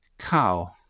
Cow